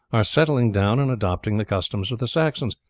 are settling down and adopting the customs of the saxons,